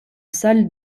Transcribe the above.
salles